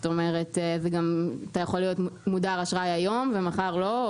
זאת אומרת אתה יכול להיות מודר אשראי היום ומחר לא,